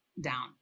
down